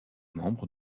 membre